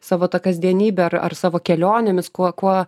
savo kasdienybę ar ar savo kelionėmis kuo